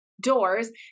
doors